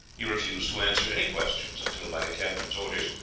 he refused to answer any questions until, by the captain's orders,